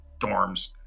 dorms